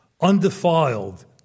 undefiled